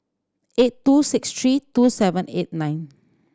eight two six three two seven eight nine